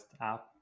app